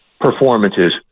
performances